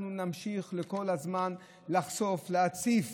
אנחנו נמשיך כל הזמן לחשוף, להציף